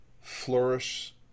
flourish